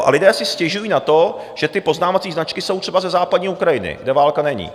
A lidé si stěžují na to, že ty poznávací značky jsou třeba ze západní Ukrajiny, kde válka není.